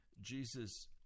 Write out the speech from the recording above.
Jesus